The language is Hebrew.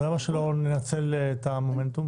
אבל למה שלא ננצל את המומנטום?